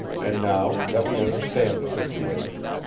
and now that we understand the situation,